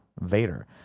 Vader